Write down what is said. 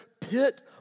pit